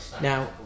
Now